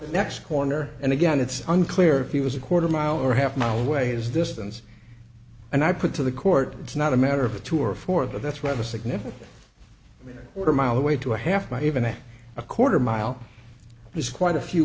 the next corner and again it's unclear if he was a quarter mile or half mile away his distance and i put to the court it's not a matter of a tour for that's where the significant or a mile away to a half by even a quarter mile he's quite a few